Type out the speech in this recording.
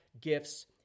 gifts